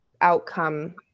outcome